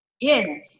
Yes